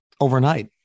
overnight